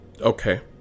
Okay